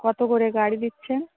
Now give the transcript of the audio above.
কত করে গাড়ি দিচ্ছেন